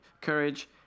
courage